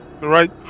Right